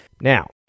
Now